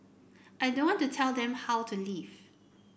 I don't want to tell them how to live